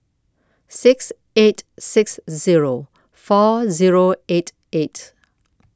six eight six Zero four Zero eight eight